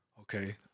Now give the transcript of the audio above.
Okay